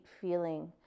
feeling